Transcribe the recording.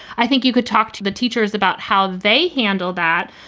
i think you could talk to the teachers about how they handle that,